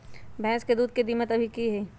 भैंस के दूध के कीमत अभी की हई?